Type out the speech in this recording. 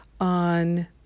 on